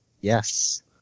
Yes